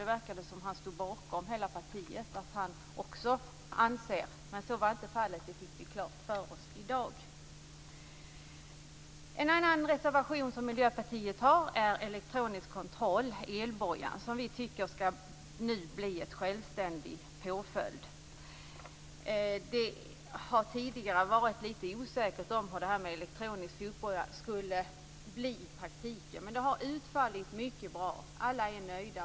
Det verkade som om hela partiet stod bakom honom. Vi fick dock klart för oss i dag att så inte är fallet. En annan av Miljöpartiets reservationer gäller elektronisk kontroll, elbojan. Vi tycker att elektronisk kontroll nu skall bli en självständig påföljd. Det har tidigare varit litet osäkert hur detta med elektronisk fotboja skulle fungera i praktiken. Det har dock utfallit mycket bra. Alla är nöjda.